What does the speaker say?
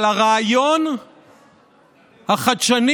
אבל הרעיון החדשני,